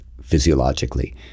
physiologically